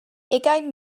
ugain